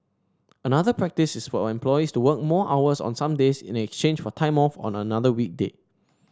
another practice is for employees to work more hours on some days in exchange for time off on another weekday